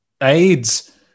AIDS